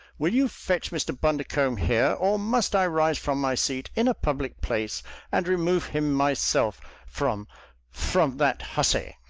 will you fetch mr. bundercombe here, or must i rise from my seat in a public place and remove him myself from from that hussy?